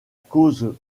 cause